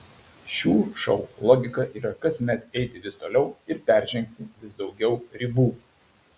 šių šou logika yra kasmet eiti vis toliau ir peržengti vis daugiau ribų